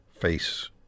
face